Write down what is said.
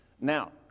Now